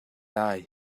lai